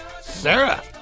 Sarah